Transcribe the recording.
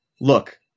look